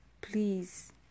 please